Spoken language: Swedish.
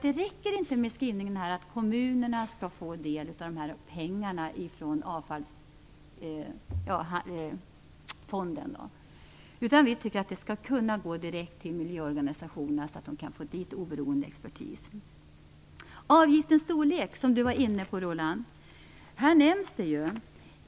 Det räcker inte med skrivningen att kommunerna skall få del av pengarna från Kärnavfallsfonden, utan vi tycker att de skall kunna gå direkt till miljöorganisationerna, så att de kan anlita oberoende expertis. Roland Larsson var inne på frågan om avgiftens storlek.